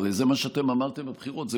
הרי זה מה שאתם אמרתם בבחירות.